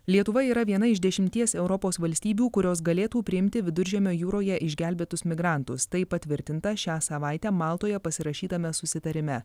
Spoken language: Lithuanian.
lietuva yra viena iš dešimties europos valstybių kurios galėtų priimti viduržemio jūroje išgelbėtus migrantus tai patvirtinta šią savaitę maltoje pasirašytame susitarime